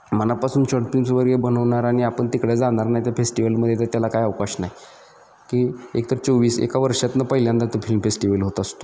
मनापासून short films वगैरे बनवणार आणि आपण तिकडं जाणार नाही त्या फेस्टिवलमध्ये तर त्याला काही अवकाश नाही की एकतर चोवीस एका वर्षातनं पहिल्यांदा तो फिल्म फेस्टिवल होत असतो